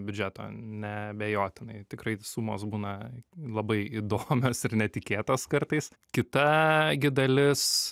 biudžeto neabejotinai tikrai sumos būna labai įdomios ir netikėtos kartais kita gi dalis